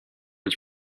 its